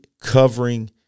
covering